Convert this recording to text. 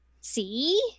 See